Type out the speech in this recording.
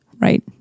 right